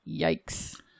Yikes